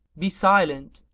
be silent,